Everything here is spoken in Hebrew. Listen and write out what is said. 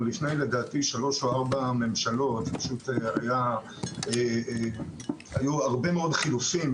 לפני שלוש או ארבע ממשלות אבל היו הרבה מאוד חילופים